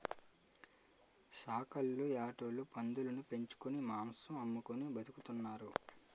సాకల్లు యాటోలు పందులుని పెంచుకొని మాంసం అమ్ముకొని బతుకుతున్నారు